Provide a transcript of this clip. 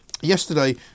Yesterday